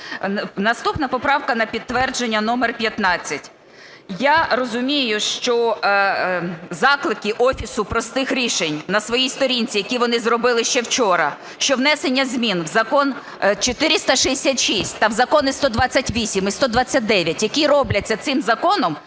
Наступна поправка на підтвердження – номер 15. Я розумію, що заклики Офісу простих рішень на своїй сторінці, які вони зробили ще вчора, що внесення змін в Закон 466 та в закони 128 і 129, які робляться цим законом,